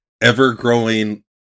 ever-growing